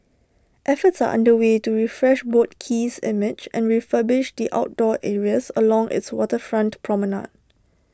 efforts are under way to refresh boat Quay's image and refurbish the outdoor areas along its waterfront promenade